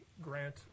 grant